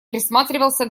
присматривался